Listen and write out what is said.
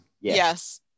yes